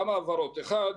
כמה הבהרות: ראשית,